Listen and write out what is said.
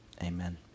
Amen